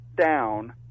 down